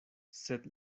sed